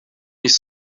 nicht